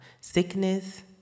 sickness